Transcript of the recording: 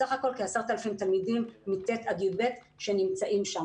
סך הכול כ-10,000 תלמידים מט' עד י"ב שנמצאים שם.